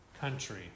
country